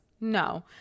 no